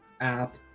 app